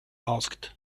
asked